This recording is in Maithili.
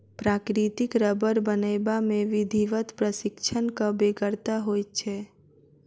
प्राकृतिक रबर बनयबा मे विधिवत प्रशिक्षणक बेगरता होइत छै